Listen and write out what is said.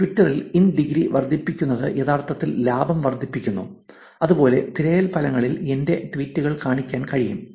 ട്വിറ്ററിൽ in degree വർദ്ധിപ്പിക്കുന്നത് യഥാർത്ഥത്തിൽ ലാഭം വർദ്ധിപ്പിക്കുന്നു അതുപോലെ തിരയൽ ഫലങ്ങളിൽ എന്റെ ട്വീറ്റുകളിൽ കാണിക്കാൻ കഴിയും